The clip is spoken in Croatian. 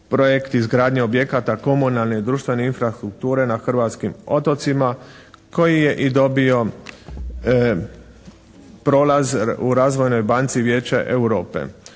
projekt izgradnje objekata komunalne i društvene infrastrukture na hrvatskim otocima koji je i dobio prolaz u razvojnoj banci Vijeća Europe.